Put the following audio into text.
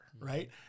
right